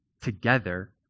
together